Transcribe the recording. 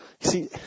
See